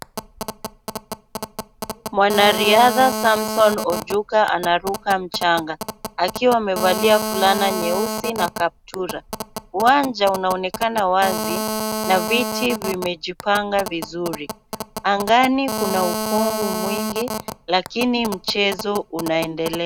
Mwanariadha Samson Ojuka anaruka mchanga, akiwa amevalia fulana nyeusi na kaptura. Uwanja unaonekana wazi na viti vimejipanga vizuri. Angani kuna ukungu mwingi lakini mchezo unaendelea.